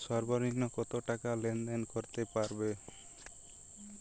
সর্বনিম্ন কত টাকা লেনদেন করতে পারবো?